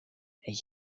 and